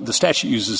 the statute uses